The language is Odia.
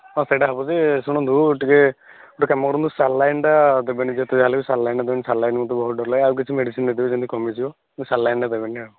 ହଁ ସେଇଟା ହେବ ଯେ ଶୁଣନ୍ତୁ ଟିକିଏ ଗୋଟେ କାମ କରନ୍ତୁ ସାଲାଇନ୍ଟା ଦେବେନି ଯେତେ ଯାହା ହେଲେ ବି ସାଲାଇନ୍ ଦେବେନି ସାଲାଇନ୍ ମୋତେ ବହୁତ ଡର ଲାଗେ ଆଉ କିଛି ମେଡ଼ିସିନ୍ ଦେଇଦେବେ ଯେମିତି କମିଯିବ କିନ୍ତୁ ସାଲାଇନ୍ଟା ଦେବେନି ଆଉ